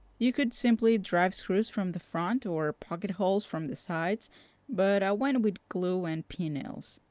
you could simply drive screws from the front or pocket holes from the sides but i went with glue and pin nails.